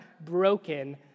broken